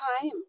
time